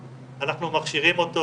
אנחנו מכשירים אותו